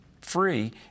free